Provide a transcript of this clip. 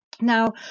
Now